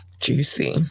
juicy